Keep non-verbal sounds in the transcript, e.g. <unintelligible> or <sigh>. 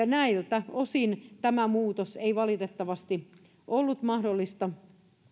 <unintelligible> näiltä osin tämä muutos ei valitettavasti ollut mahdollinen